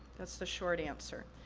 that's the short answer.